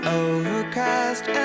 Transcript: overcast